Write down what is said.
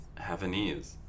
Havanese